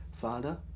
Father